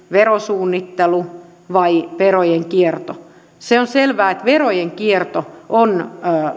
verosuunnittelu vai verojen kierto se on selvää että verojen kierto on